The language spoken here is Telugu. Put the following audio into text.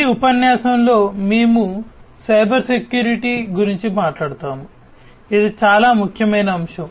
ఈ ఉపన్యాసంలో మేము సైబర్ సెక్యూరిటీ గురించి మాట్లాడుతాము ఇది చాలా ముఖ్యమైన అంశం